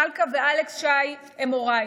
מלכה ואלכס שי הם הורי.